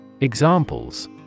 Examples